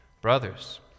Brothers